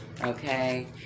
Okay